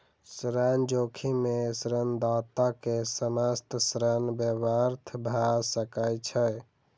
ऋण जोखिम में ऋणदाता के समस्त ऋण व्यर्थ भ सकै छै